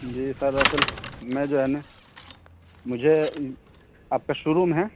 جی sir اصل میں جو ہے نا مجھے آپ کا شو روم ہے